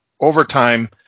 overtime